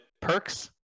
Perks